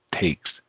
takes